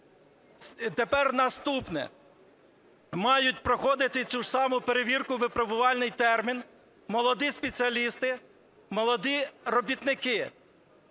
тепер наступне. Мають проходити цю ж саму перевірку, випробувальний термін молоді спеціалісти, молоді робітники,